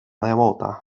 devota